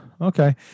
okay